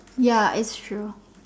ya it's true